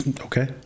okay